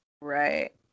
Right